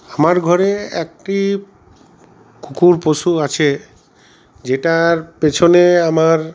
আমার ঘরে একটি কুকুর পশু আছে যেটার পেছনে আমার